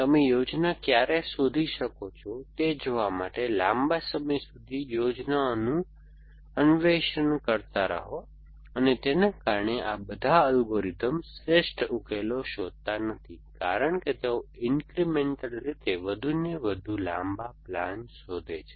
તમે યોજના ક્યારે શોધી શકો છો તે જોવા માટે લાંબા સમય સુધી યોજનાઓનું અન્વેષણ કરતા રહો અને તેના કારણે આ બધા અલ્ગોરિધમ્સ શ્રેષ્ઠ ઉકેલો શોધતા નથી કારણ કે તેઓ ઇન્ક્રીમેન્ટલ રીતે વધુને વધુ લાંબા પ્લાન શોધે છે